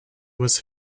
was